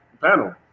panel